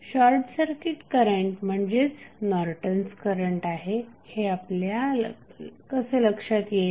short circuit current म्हणजेच Norton's current आहे हे आपल्या कसे लक्षात येईल